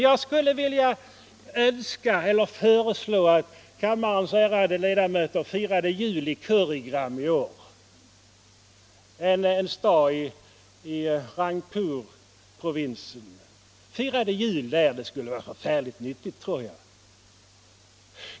Jag skulle vilja föreslå kammarens ärade ledamöter att i år fira jul i Kurigram en stad i Rangpurprovinsen. Det tror jag skulle vara nyttigt.